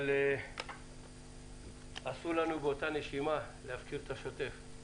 אבל באותה נשימה, אסור לנו להפקיר את השוטף.